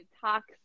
talks